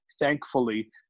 thankfully